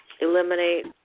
eliminate